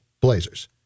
Blazers